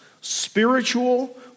Spiritual